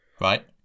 Right